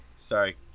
sorry